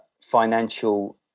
financial